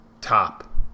top